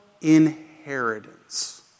inheritance